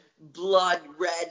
blood-red